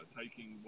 taking